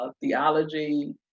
theology